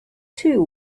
too